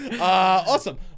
Awesome